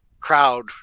crowd